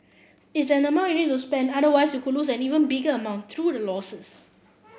it's an amount you needs to spend otherwise who lose an even bigger amount through the losses